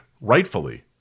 rightfully